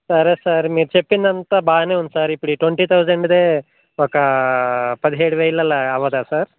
సరే సార్ మీరు చెప్పిందంతా బాగానే ఉంది సార్ ఇప్పుడు ట్వంటీ థౌజెండ్దే ఒక పదిహేడు వేలు అలా అవదా సార్